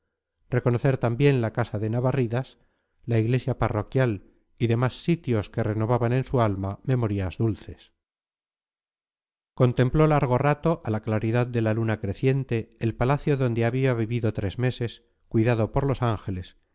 reconocer también la casa de navarridas la iglesia parroquial y demás sitios que renovaban en su alma memorias dulces contempló largo rato a la claridad de la luna creciente el palacio donde había vivido tres meses cuidado por los ángeles